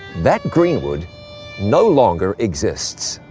that greenwood no longer exists.